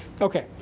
Okay